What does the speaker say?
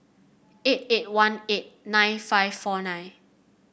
eight eight one eight nine five four nine